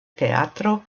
teatro